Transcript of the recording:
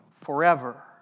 forever